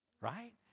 right